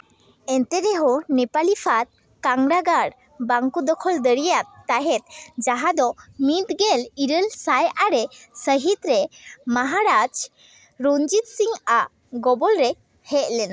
ᱮᱱᱛᱮ ᱨᱮᱦᱚᱸ ᱱᱮᱯᱟᱞᱤ ᱯᱷᱟᱸᱫᱽ ᱠᱟᱝᱲᱟᱜᱟᱲ ᱵᱟᱝᱠᱚ ᱫᱚᱠᱷᱚᱞ ᱫᱟᱲᱮᱭᱟᱫ ᱛᱟᱦᱮᱸᱫ ᱡᱟᱦᱟᱸ ᱫᱚ ᱢᱤᱫ ᱜᱮᱞ ᱤᱨᱟᱹᱞ ᱥᱟᱭ ᱟᱨᱮ ᱥᱟᱹᱦᱤᱛ ᱨᱮ ᱢᱟᱦᱟᱨᱟᱡᱽ ᱨᱚᱧᱡᱤᱛ ᱥᱤᱝ ᱟᱜ ᱜᱚᱵᱚᱞ ᱨᱮ ᱦᱮᱡᱞᱮᱱᱟ